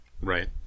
right